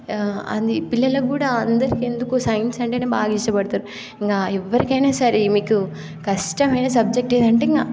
అది పిల్లలకు కూడా అందరికీ ఎందుకు సైన్స్ అంటేనే బాగా ఇష్టపడతారు ఇంకా ఎవరికైనా సరే మీకు కష్టమైన సబ్జెక్ట్ ఏదంటే ఇంకా